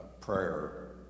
prayer